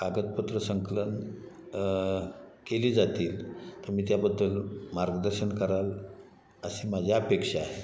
कागदपत्र संकलन केली जातील तुम्ही त्याबद्दल मार्गदर्शन कराल अशी माझी अपेक्षा आहे